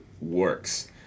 works